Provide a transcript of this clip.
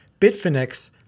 Bitfinex